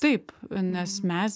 taip nes mes